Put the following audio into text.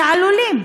עלולים,